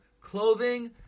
clothing